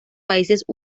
países